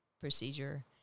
procedure